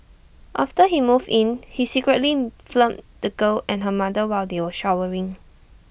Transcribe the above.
after he moved in he secretly filmed the girl and her mother while they were showering